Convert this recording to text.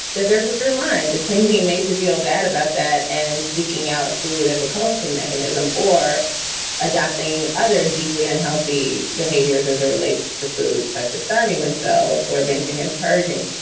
that there's a thin line between being made to feel bad about that and seeking out food as a coping mechanism or adopting other deeply unhealthy behaviors as it relates to food such as starving themselves or bingeing and purging.